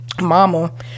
Mama